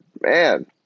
man